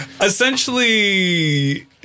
Essentially